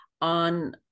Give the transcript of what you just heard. on